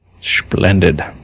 Splendid